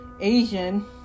Asian